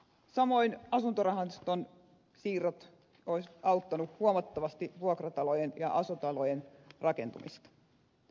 samoin asuntorahaston siirrot olisivat auttaneet huomattavasti vuokratalojen ja aso talojen rakentamista